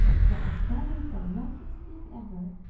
well, if that ain't the luckiest thing ever!